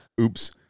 Oops